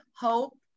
hope